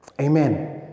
Amen